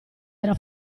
era